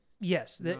yes